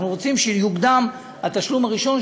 אנחנו רוצים שיוקדם התשלום הראשון,